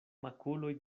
makuloj